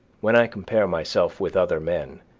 when i compare myself with other men,